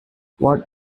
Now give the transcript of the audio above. what